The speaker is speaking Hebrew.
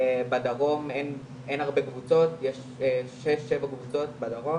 בדרום אין הרבה קבוצות, יש שש שבע קבוצות בדרום,